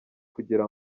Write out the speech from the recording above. kugira